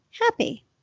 happy